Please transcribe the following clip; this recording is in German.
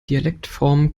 dialektformen